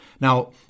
Now